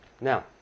now